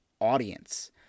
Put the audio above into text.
audience